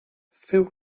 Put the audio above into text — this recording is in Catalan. feu